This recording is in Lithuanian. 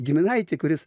giminaitį kuris